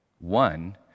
One